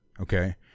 okay